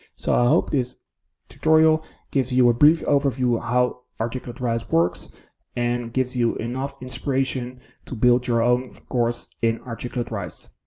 so i hope this tutorial gives you a brief overview ah how articulate rise works and gives you enough inspiration to build your own course in articulate rise.